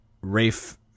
Rafe